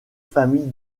famille